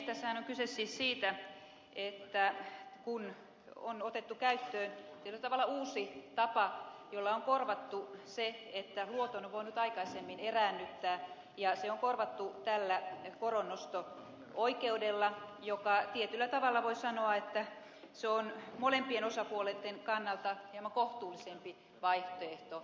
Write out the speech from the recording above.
tässähän on kyse siis siitä että on otettu käyttöön tietyllä tavalla uusi tapa koronnosto oikeus jolla on korvattu se että luoton on voinut sovittua aikaisemmin eräännyttää ja se on korvattu täällä koronnosto oikeudelle joka tietyllä tavalla voi sanoa on molempien osapuolten kannalta hieman kohtuullisempi vaihtoehto